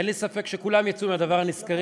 אין לי ספק שכולם יצאו נשכרים,